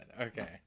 okay